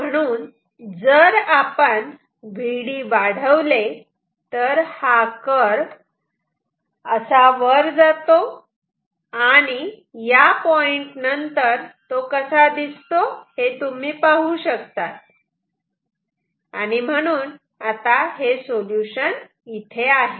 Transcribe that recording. म्हणून जर आपण Vd वाढवले तर हा कर्व असा वर जातो आणि या पॉईंट नंतर तो कसा दिसतो हे तुम्ही पाहू शकतात आणि म्हणून हे सोल्युशन आता इथे आहे